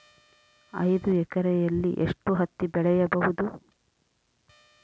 ಐದು ಎಕರೆಯಲ್ಲಿ ಎಷ್ಟು ಹತ್ತಿ ಬೆಳೆಯಬಹುದು?